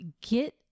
get